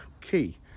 key